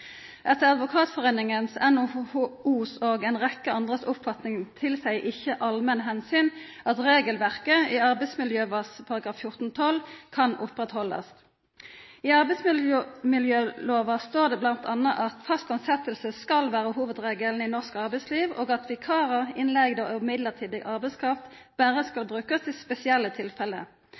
Etter Advokatforeningen, NHO og ei rekkje andre si oppfatning tilseier ikkje «allmenne hensyn» at regelverket i arbeidsmiljølova § 14-12 kan haldast ved lag. I arbeidsmiljølova står det bl.a. at fast tilsetjing skal vera hovudregelen i norsk arbeidsliv, og at vikarar, innleigde og mellombels arbeidskraft berre skal brukast i spesielle tilfelle.